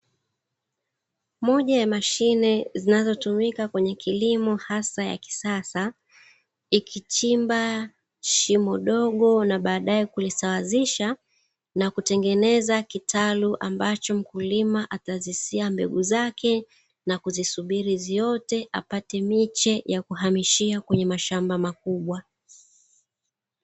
Moja ya mashine zinazotumika kwenye kilimo hasa ya kisasa ikichimba shimo dogo na baadae kulisawazisha na kutengeneza kitalu ambacho mkulima atazisia mbegu zake na kuzisubiri ziote apate miche ya kuhamishia kwenye mashamba makubwa.